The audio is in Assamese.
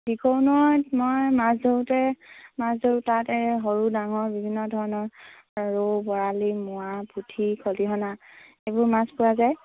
দিখৌ নৈত মই মাছ ধৰোঁতে মাছ ধৰোঁ তাতে সৰু ডাঙৰ বিভিন্ন ধৰণৰ ৰৌ বৰালি মোৱা পুঠি খলিহনা এইবোৰ মাছ পোৱা যায়